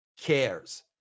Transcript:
cares